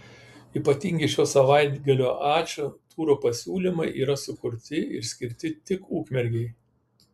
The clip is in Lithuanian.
ypatingi šio savaitgalio ačiū turo pasiūlymai yra sukurti ir skirti tik ukmergei